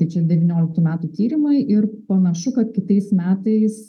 tai čia devynioliktų metų tyrimai ir panašu kad kitais metais